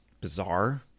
bizarre